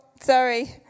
sorry